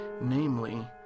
namely